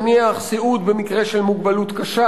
נניח סיעוד במקרה של מוגבלות קשה,